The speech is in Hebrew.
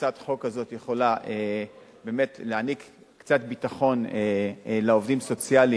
הצעת החוק הזאת יכולה באמת להעניק קצת ביטחון לעובדים סוציאליים,